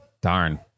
Darn